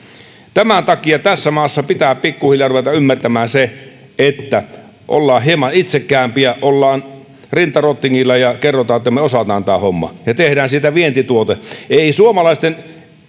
tämän takia tässä maassa pitää pikkuhiljaa ruveta ymmärtämään se että olemme hieman itsekkäämpiä olemme rinta rottingilla kerromme että me osaamme tämän homman ja teemme siitä vientituotteen ei suomalaisten